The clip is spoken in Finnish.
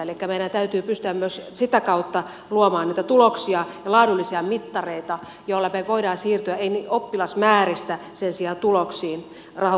elikkä meidän täytyy pystyä myös sitä kautta luomaan näitä tuloksia ja laadullisia mittareita joilla me voimme siirtyä oppilasmääristä niiden sijaan tuloksiin rahoituksen perustana